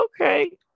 okay